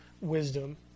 wisdom